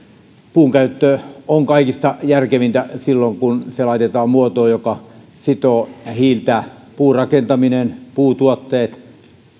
puunkäyttö on kaikista järkevintä silloin kun se laitetaan muotoon joka sitoo hiiltä puurakentaminen puutuotteet